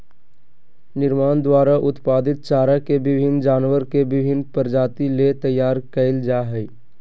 निर्माण द्वारा उत्पादित चारा के विभिन्न जानवर के विभिन्न प्रजाति ले तैयार कइल जा हइ